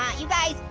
you guys,